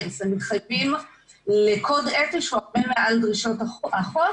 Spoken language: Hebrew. מתחייבים לקוד אתי שהוא הרבה מעל לדרישות החוק.